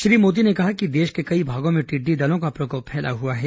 श्री मोदी ने कहा देश के कई भागों में टिड्डी दलों का प्रकोप फैला हुआ है